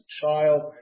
child